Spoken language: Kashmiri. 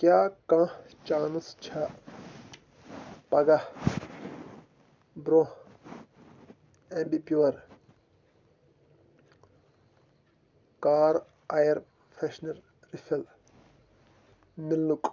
کیٛاہ کانٛہہ چانس چھےٚ پگاہ برٛونٛہہ Ambi Pur car air freshener refill مِلنُکھ